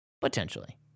potentially